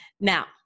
Now